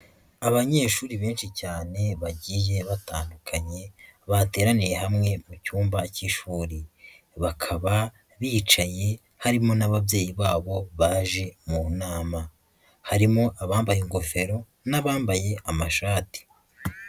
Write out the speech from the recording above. Abanyeshuri benshi cyane bagiye batandukanye bateraniye hamwe mu cyumba k'ishuri, bakaba bicaye harimo n'ababyeyi babo baje mu nama. Harimo abambaye ingofero n'abambaye amashati.